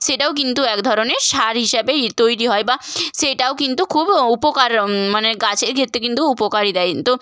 সেটাও কিন্তু এক ধরনের সার হিসাবেই তৈরি হয় বা সেইটাও কিন্তু খুব উপকার মানে গাছের ক্ষেত্রে কিন্তু উপকারই দেয় তো